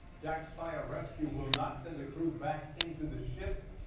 jack's fire rescue will not send the crew back into the ships.